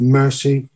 mercy